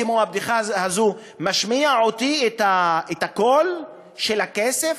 כמו הבדיחה הזו: משמיע לי את הקול של הכסף,